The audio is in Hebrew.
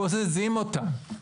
בוזזים אותם.